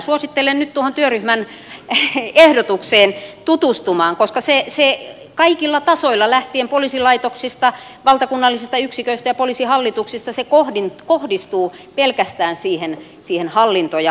suosittelen nyt tuohon työryhmän ehdotukseen tutustumaan koska se kaikilla tasoilla lähtien poliisilaitoksista valtakunnallisista yksiköistä ja poliisihallituksesta kohdistuu pelkästään siihen hallintoon ja hallintovirkoihin